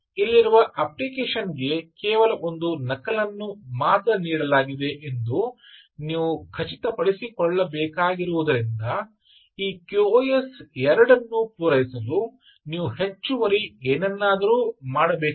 ಇಲ್ಲಿರುವ ಅಪ್ಲಿಕೇಶನ್ ಗೆ ಕೇವಲ ಒಂದು ನಕಲನ್ನು ಮಾತ್ರ ನೀಡಲಾಗಿದೆ ಎಂದು ನೀವು ಖಚಿತಪಡಿಸಿಕೊಳ್ಳಬೇಕಾಗಿರುವುದರಿಂದ ಈ QoS 2 ಅನ್ನು ಪೂರೈಸಲು ನೀವು ಹೆಚ್ಚುವರಿ ಏನನ್ನಾದರೂ ಮಾಡಬೇಕಾಗಿದೆ